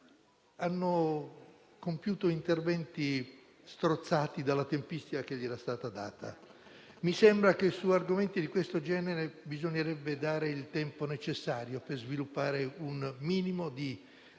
altro, con interventi strozzati però dalla tempistica assegnata. Mi sembra che su argomenti di questo genere bisognerebbe dare il tempo necessario per sviluppare un minimo di